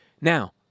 Now